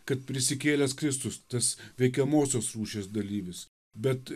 kad prisikėlęs kristus tas veikiamosios rūšies dalyvis bet